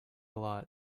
lot